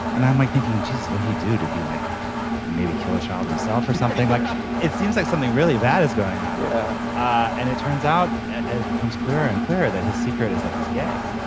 and i'm like thinking this is what he do to you like maybe kill a child himself or something like it seems like something really bad is going on. yeah ah and it turns out as it becomes clearer and clearer that his secret is that he's gay.